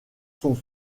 sont